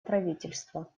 правительства